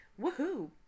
woohoo